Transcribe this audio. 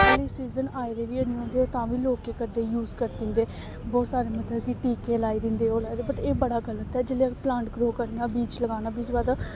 season आए दे बी हैनी होंदे तां बी लोक केह् करदे करदे यूज करी दिंदे बहुत सारे मतलब कि टीके लाई दिंदे ओह् लेहा बट एह् बड़ा गलत ऐ जेल्लै प्लांट ग्रो करना बीज लगाना बीज बाद